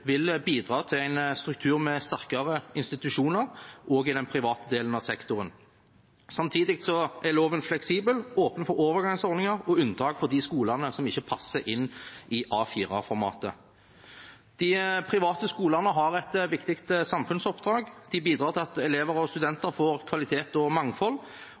vil bidra til en struktur med sterkere institusjoner også i den private delen av sektoren. Samtidig er loven fleksibel og åpner for overgangsordninger og unntak for de skolene som ikke passer inn i A4-formatet. De private skolene har et viktig samfunnsoppdrag. De bidrar til at elever og studenter får kvalitet og mangfold,